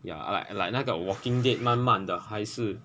ya like like 那个 walking dead 慢慢的还是